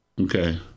Okay